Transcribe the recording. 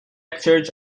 church